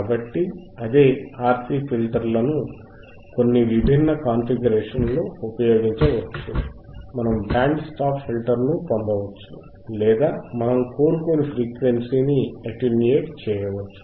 కాబట్టి అదే RC ఫిల్టర్లను కొన్ని విభిన్న కాన్ఫిగరేషన్లలో ఉపయోగించవచ్చు మనం బ్యాండ్ స్టాప్ ఫిల్టర్ ను పొందవచ్చు లేదా మనం కోరుకోని ఫ్రీక్వెన్సీని అటెన్యూయేట్ చేయవచ్చు